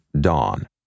Dawn